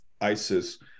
ISIS